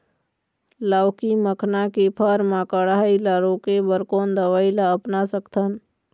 लाउकी मखना के फर मा कढ़ाई ला रोके बर कोन दवई ला अपना सकथन?